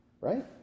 Right